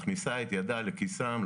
מכניסה את ידה לכיסם,